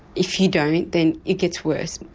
if you don't then it gets worse.